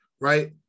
Right